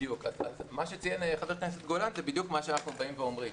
מה שציין חבר הכנסת גולן זה בדיוק מה שאנחנו באים ואומרים.